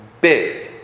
Big